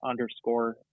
underscore